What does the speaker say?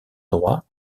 droit